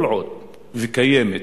כל עוד קיימת